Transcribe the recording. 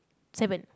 seven